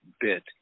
bit